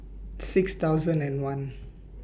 six thousand and one